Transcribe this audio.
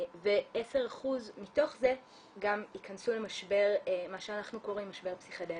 ו-10% מתוך זה גם ייכנסו למשבר מה שאנחנו קוראים לו משבר פסיכדלי.